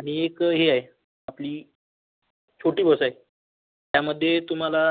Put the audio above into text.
आणि एक हे आहे आपली छोटी बस आहे त्यामध्ये तुम्हाला